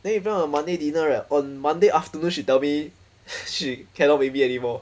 then you know on monday dinner right on monday afternoon she tell me she cannot meet me anymore